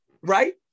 right